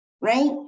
right